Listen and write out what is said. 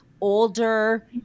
older